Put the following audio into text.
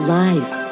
life